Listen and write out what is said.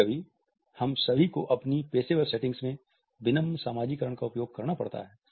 कभी कभी हम सभी को अपनी पेशेवर सेटिंग्स में विनम्र सामाजीकरण का उपयोग करना पड़ता है